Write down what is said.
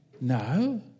no